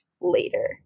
later